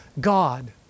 God